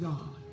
God